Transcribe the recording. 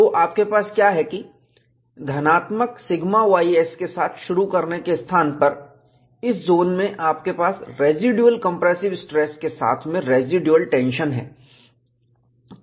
तो आपके पास क्या है कि धनात्मक σys के साथ शुरू करने के स्थान पर इस जोन में इसके पास रेसीडुएल कंप्रेसिव स्ट्रेस साथ में रेसीडुएल टेंशन है